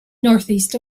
northeast